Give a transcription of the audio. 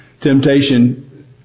temptation